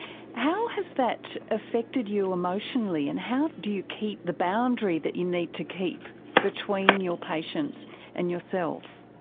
how has that affected you emotionally, and how do you keep the boundary that you need to keep between your patients and yourself?